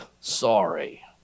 sorry